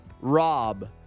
Rob